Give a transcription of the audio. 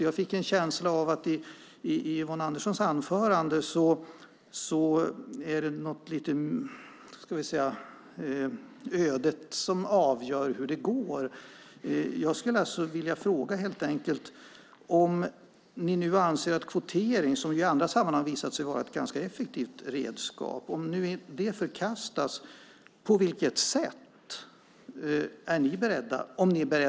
Jag fick en känsla av Yvonne Anderssons anförande att det är ödet som avgör hur det går. Om ni anser att kvotering, som i andra sammanhang har visat sig vara ett ganska effektivt redskap, ska förkastas - på vilket sätt är ni då beredda att försöka påverka det här?